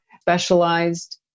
specialized